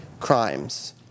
crimes